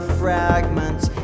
fragments